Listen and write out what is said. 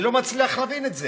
אני לא מצליח להבין את זה.